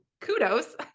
kudos